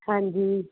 ਹਾਂਜੀ